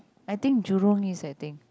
I think Jurong-East I think